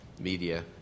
media